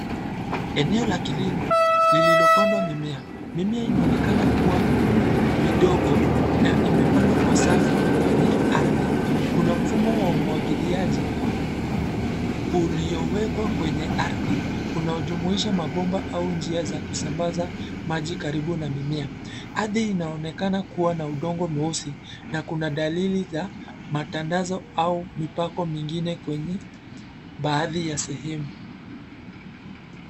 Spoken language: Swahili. Eneo la kilimo, lililopandwa mimea, mimea inaonekana kuwa, midogo, na imepandwa kwa safu kwenye, ardhi, kuna mfumo wa umwagiliaji, uliowekwa kwenye ardhi, unaojumuisha mabomba au njia za kusambaza, maji karibu na mimea, ardhi inaonekana kuwa na udongo mweusi, na kuna dalili za, matandazo au mpoko mingine kwenye, baadhi ya sehemu.